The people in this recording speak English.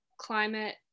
climate